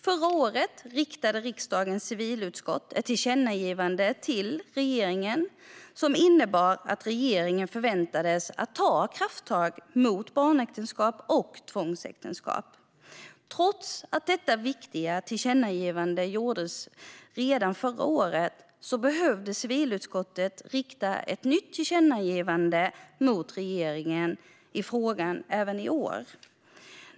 Förra året riktade riksdagens civilutskott ett tillkännagivande till regeringen som innebar att regeringen förväntades ta krafttag mot barnäktenskap och tvångsäktenskap. Trots att detta viktiga tillkännagivande gjordes redan förra året behövde civilutskottet rikta ett tillkännagivande till regeringen i frågan även i år.